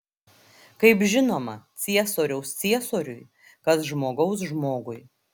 kaip žinoma ciesoriaus ciesoriui kas žmogaus žmogui